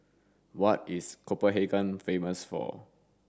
what is Copenhagen famous for